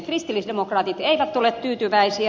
kristillisdemokraatit eivät ole tyytyväisiä